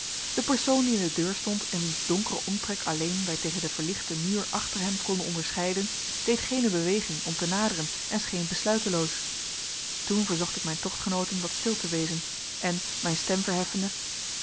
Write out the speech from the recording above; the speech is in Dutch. de persoon die in de deur stond en wiens donkeren omtrek alleen wij tegen den verlichten muur achter hem konden onderscheiden deed geene beweging om te naderen en scheen besluiteloos toen verzocht ik mijn tochtgenooten wat stil te wezen en mijn stem verheffende